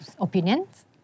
opinions